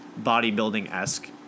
bodybuilding-esque